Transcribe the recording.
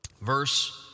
verse